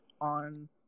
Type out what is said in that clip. on